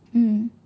hmm